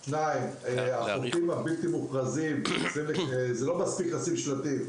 2. לא מספיק לשים שלטים בחופים הבלתי מוכרזים,